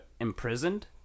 Imprisoned